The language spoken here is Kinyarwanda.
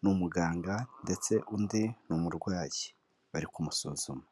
ni umuganga ndetse undi ni umurwayi bari kumusuzuma.